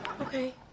Okay